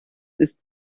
ist